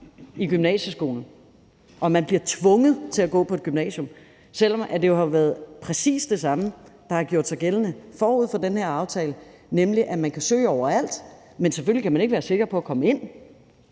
i gymnasieskolen, og at man bliver tvunget til at gå på et gymnasium, selv om det jo har været præcis det samme, der har gjort sig gældende forud for den her aftale, nemlig at man kan søge overalt. Men selvfølgelig kan man ikke være sikker på at komme ind,